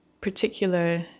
particular